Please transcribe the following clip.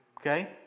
Okay